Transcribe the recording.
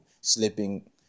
sleeping